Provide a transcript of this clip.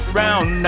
round